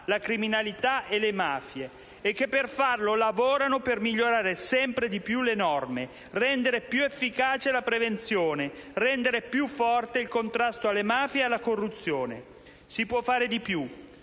la criminalità e le mafie, e che per farlo lavorano per migliorare sempre di più le norme, per rendere più efficace la prevenzione, per rendere più forte il contrasto alle mafie e alla corruzione. Si può fare di più?